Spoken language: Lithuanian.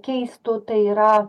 keistų tai yra